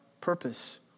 purpose